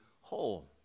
whole